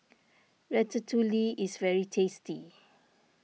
Ratatouille is very tasty